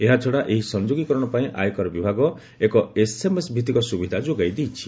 ଏହାଛଡା ଏହି ସଂଯୋଗୀକରଣ ପାଇଁ ଆୟକର ବିଭାଗ ଏକ ଏସଏମ୍ଏସ ଭିତ୍ତିକ ସୁବିଧା ଯୋଗାଇ ଦେଇଛି